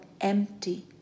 empty